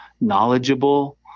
knowledgeable